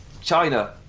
China